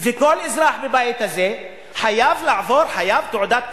וכל אזרח בבית הזה חייב לעבור, חייב תעודת כשרות.